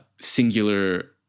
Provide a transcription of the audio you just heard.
Singular